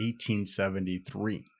1873